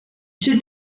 should